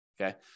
Okay